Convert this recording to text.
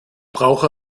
brauche